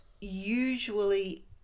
Usually